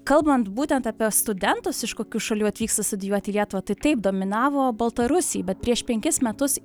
kalbant būtent apie studentus iš kokių šalių atvyksta studijuoti į lietuvą tai taip dominavo baltarusiai bet prieš penkis metus